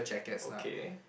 okay